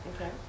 Okay